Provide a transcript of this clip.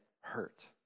hurt